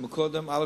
א.